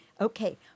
Okay